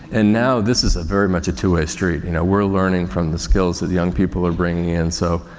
and now this is a very much a two-way street, you know. we're learning from the skills that young people are bringing in. so,